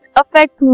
affect